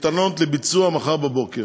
ניתנות לביצוע מחר בבוקר.